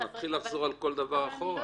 נתחיל לחזור על כל דבר אחורה.